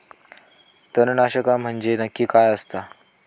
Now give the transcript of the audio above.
तणनाशक म्हंजे नक्की काय असता?